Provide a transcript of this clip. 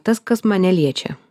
tas kas mane liečia